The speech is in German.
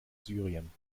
syrien